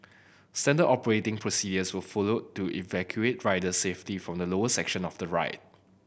standard operating procedures were followed to evacuate riders safely from the lower section of the ride